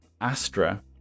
Astra